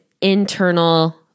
internal